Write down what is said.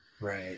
Right